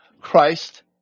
Christ